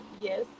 yes